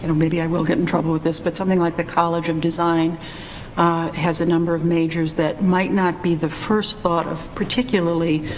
and maybe i will get in trouble with this, but something like the college of design has a number of majors that might not be the first thought of, particularly,